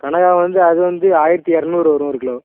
கனகா வந்து அது வந்து ஆயிரத்தி இரநூறு வரும் ஒரு கிலோ